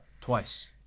Twice